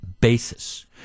basis